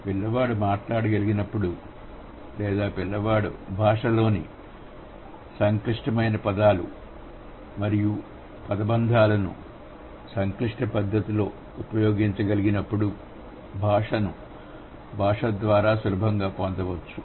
పిల్లవాడు మాట్లాడగలిగినప్పుడు లేదా పిల్లవాడు భాషలోని సంక్లిష్టమైన పదాలు మరియు పదబంధాలను సంక్లిష్ట పద్ధతిలో ఉపయోగించగలిగినప్పుడు భాషను భాష ద్వారా సులభంగా పొందవచ్చు